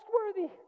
trustworthy